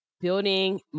building